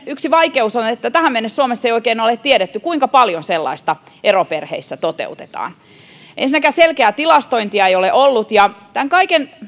yksi vaikeus ensinnäkin on että tähän mennessä suomessa ei oikein ole tiedetty kuinka paljon sellaista eroperheissä toteutetaan selkeää tilastointia ei ole ollut tämän kaiken